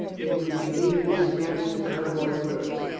it would be neater to snatch the convoy first.